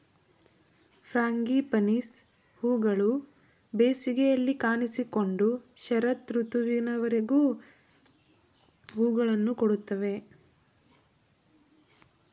frangipanis ಹೂಗಳು ಬೇಸಿಗೆಯಲ್ಲಿ ಕಾಣಿಸಿಕೊಂಡು ಶರತ್ ಋತುವಿನವರೆಗೂ ಹೂಗಳನ್ನು ಕೊಡುತ್ತದೆ